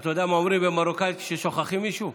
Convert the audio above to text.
אתה יודע מה אומרים במרוקאית כששוכחים מישהו?